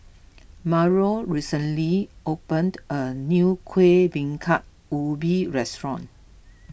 Mario recently opened a new Kueh Bingka Ubi restaurant